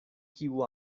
kiu